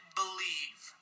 believe